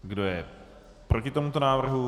Kdo je proti tomuto návrhu?